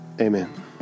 Amen